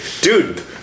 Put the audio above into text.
dude